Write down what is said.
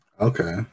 Okay